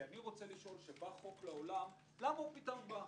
כי אני שואל, כשבא חוק לעולם, למה הוא פתאום בא?